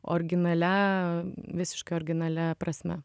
originalia visiškai originalia prasme